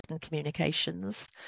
communications